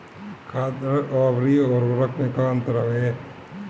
खादर अवरी उर्वरक मैं का अंतर हवे?